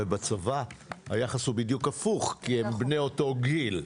בצבא היחס הוא בדיוק הפוך כי הם בני אותו גיל.